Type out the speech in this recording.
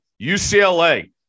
ucla